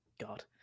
God